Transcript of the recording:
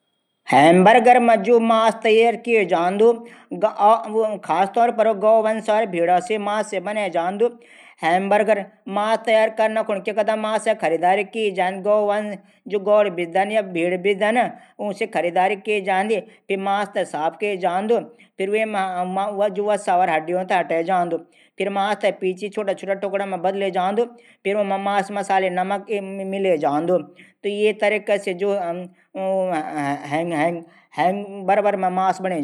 हैमबर्गर मा जू मास तैयार करे जांदू खासतौर पर वू गौवंस भेड मास से बणे जांदू हैमबर्गर मा मास तैयार कनू कुने पैले गोंवंस जू लोग जानवरों थै बिचदा छन ऊ से खरीददा छन। फिर मास थै साफ करें जांदू फिर वैमा वसा हड्डियों थै हटै जांदू फिर मास छुटा छुटा टुकडा करें जांदू फिर वे मसाला डले जांदा फिर इन तरीका से हैमबर्गर मा मास तैयार करें जांदू